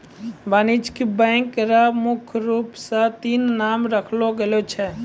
वाणिज्यिक बैंक र मुख्य रूप स तीन नाम राखलो गेलो छै